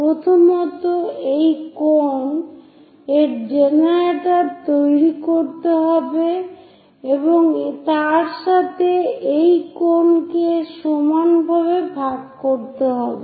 প্রথমত এই কোন এর জেনারেটর তৈরি করতে হবে এবং তার সাথে এই কোন কে সমানভাবে ভাগ করতে হবে